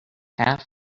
half